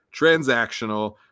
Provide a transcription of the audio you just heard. transactional